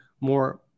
more